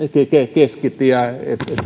keskitie että